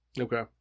Okay